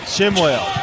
Shimwell